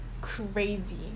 crazy